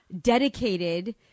dedicated